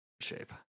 Shape